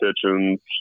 kitchens